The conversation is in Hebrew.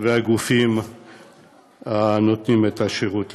והגופים הנותנים את השירות למיניהם.